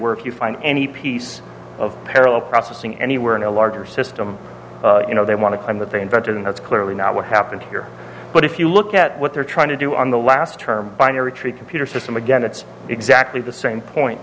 work you find any piece of parallel processing anywhere in a larger system you know they want to claim that they invented and that's clearly not what happened here but if you look at what they're trying to do on the last term binary tree computer system again it's exactly the same